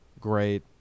great